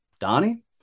Donnie